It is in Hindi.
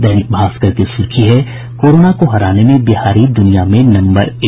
दैनिक भास्कर की सुर्खी है कोरोना को हराने में बिहारी दूनिया में नम्बर एक